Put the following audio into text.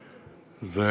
היושבת-ראש,